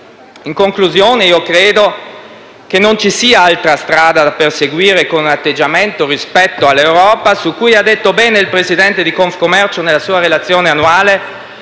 In conclusione, credo che non ci sia altra strada da perseguire, con un atteggiamento rispetto all'Europa su cui ha detto bene il presidente della Confcommercio nella sua relazione annuale: